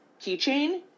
keychain